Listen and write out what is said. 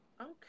Okay